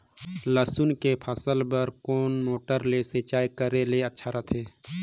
लसुन के फसल बार कोन मोटर ले सिंचाई करे ले अच्छा रथे?